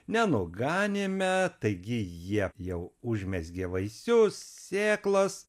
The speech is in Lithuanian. nenuganėme taigi jie jau užmezgė vaisius sėklas